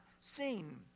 seen